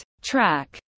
Track